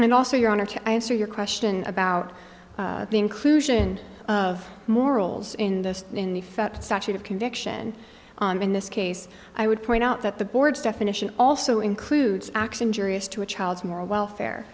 and also your honor to answer your question about the inclusion of morals in this in effect statute of conviction in this case i would point out that the board's definition also includes acts injurious to a child's moral welfare